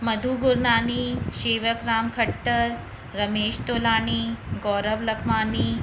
Madhu Gurnani Shewak Ram Khatar Ramesh Tolani Gaurav Lakhmani